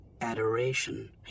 adoration